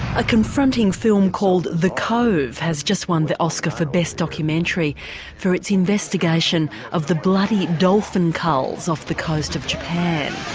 a confronting film called the cove has just won the oscar for best documentary for its investigation of the bloody dolphin culls off the coast of japan.